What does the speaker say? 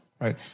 right